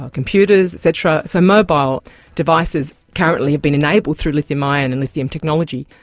ah computers et cetera, so mobile devices currently have been enabled through lithium ion and lithium technology.